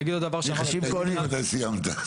מיכאל תגיד לי מתי סיימת.